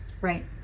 right